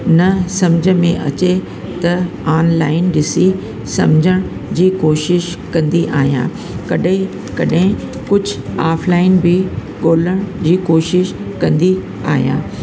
न सम्झ में अचे त ऑनलाइन ॾिसी सम्झण जी कोशिश कंदी आहियां कॾहिं कॾहिं कुझु ऑफलाइन बि ॻोल्हण जी कोशिश कंदी आहियां